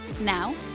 Now